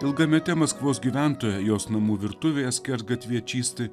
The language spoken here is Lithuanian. ilgamete maskvos gyventoja jos namų virtuvėje skersgatvyje čysti